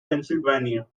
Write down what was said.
pennsylvania